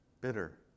bitter